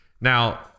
Now